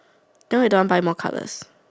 then why you don't want buy more colours